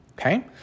Okay